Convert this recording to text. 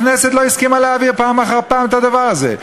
הכנסת לא הסכימה פעם אחר פעם להעביר את הדבר הזה.